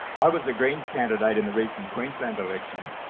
i was a greens candidate in the recent queensland election,